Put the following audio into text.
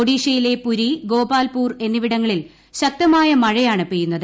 ഒഡീഷയിലെ പുരി ഗോപാൽപൂർ എന്നിവിടങ്ങളിൽ ശക്തമായ പെയ്യുന്നത്